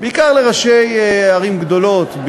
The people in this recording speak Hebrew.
בעיקר לראשי ערים גדולות,